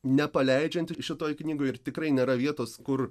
nepaleidžiant šitoj knygoj ir tikrai nėra vietos kur